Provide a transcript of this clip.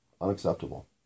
unacceptable